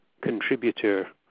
contributor